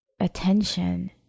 attention